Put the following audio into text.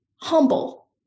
humble